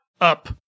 up